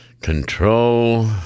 Control